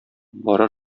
бара